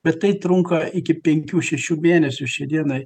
bet tai trunka iki penkių šešių mėnesių šiai dienai